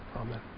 Amen